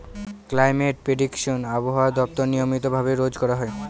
climate prediction আবহাওয়া দপ্তর নিয়মিত ভাবে রোজ করা হয়